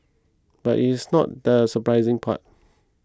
but is not the surprising part